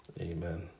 Amen